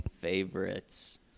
favorites